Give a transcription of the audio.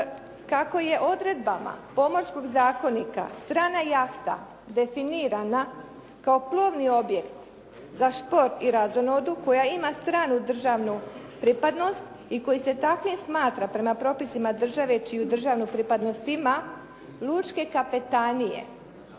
Kako je odredbama Pomorskog zakonika, strana jahta definirana kao plovni objekt za šport i razonodu koja ima stranu državnu pripadnost i kojim se takvim smatra prema propisima države čiju državnu pripadnost ima, lučke kapetanije